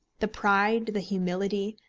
the pride, the humility,